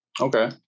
okay